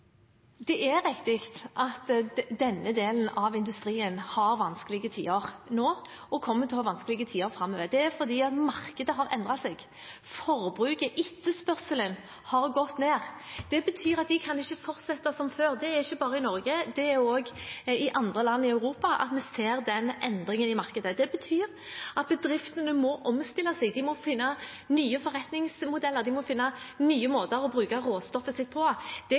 Det er riktig at denne delen av industrien har vanskelige tider nå og kommer til å ha vanskelige tider framover. Det er fordi markedet har endret seg. Forbruket, etterspørselen, har gått ned. Det betyr at de ikke kan fortsette som før. Det skjer ikke bare i Norge, det skjer også i en del andre land i Europa at vi ser denne endringen i markedet. Det betyr at bedriftene må omstille seg, de må finne nye forretningsmodeller, de må finne nye måter å bruke råstoffet sitt på. Det